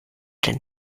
den